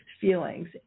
feelings